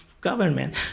government